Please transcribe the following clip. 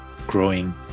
growing